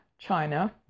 china